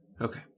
Okay